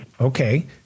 Okay